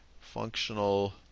functional